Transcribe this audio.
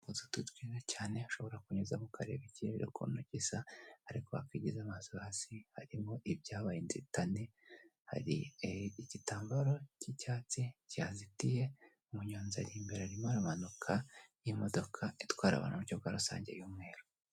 Ibiti bitari inzitane cyane ushobora kunyuzamo ukareba ikarere ukuntu gisa, ariko wakwigize amasozi hasi harimo ibyabaye inzitane. Hari igitambaro cy'icyatsi kihazitiye, umunyonzi arimo aramanuka, n'imodoka itwara abantu mu buryo bwa rusange y'umweru.